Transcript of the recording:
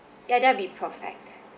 ya that'll be perfect